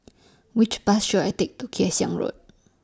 Which Bus should I Take to Kay Siang Road